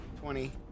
twenty